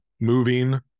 moving